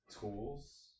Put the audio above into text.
Tools